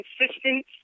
consistent